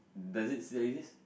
does it still exist